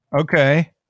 Okay